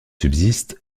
subsistent